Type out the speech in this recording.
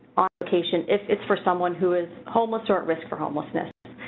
application if it's for someone who is homeless or at risk for homelessness.